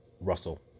Russell